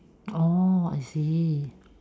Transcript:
orh I see